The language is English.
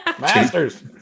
Masters